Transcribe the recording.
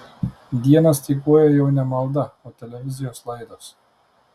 dieną styguoja jau ne malda o televizijos laidos